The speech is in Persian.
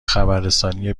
خبررسانی